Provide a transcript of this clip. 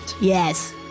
yes